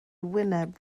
wyneb